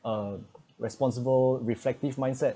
a responsible reflective mindset